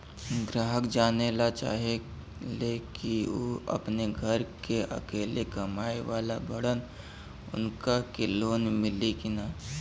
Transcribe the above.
ग्राहक जानेला चाहे ले की ऊ अपने घरे के अकेले कमाये वाला बड़न उनका के लोन मिली कि न?